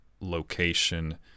location